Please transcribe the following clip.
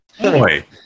Boy